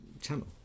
channel